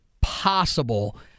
possible